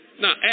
Now